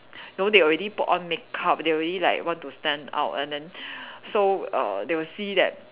know they already put on makeup they already like want to stand out and then so err they will see that